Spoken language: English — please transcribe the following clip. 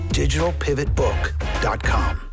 digitalpivotbook.com